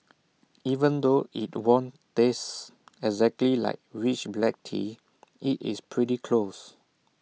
even though IT won't taste exactly like rich black tea IT is pretty close